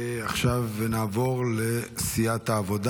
עכשיו נעבור לסיעת העבודה.